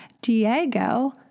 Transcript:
Diego